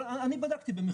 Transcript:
נכון, אבל אני בדקתי במחירון.